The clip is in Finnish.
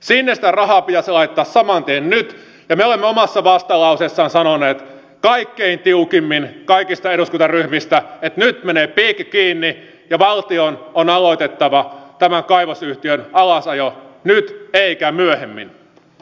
sinne sitä rahaa pitäisi laittaa saman tien nyt ja me olemme omassa vastalauseessamme sanoneet kaikkein tiukimmin kaikista eduskuntaryhmistä että nyt menee piikki kiinni ja valtion on aloitettava tämän kaivosyhtiön alasajo nyt eikä myöhemmin